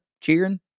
cheering